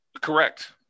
Correct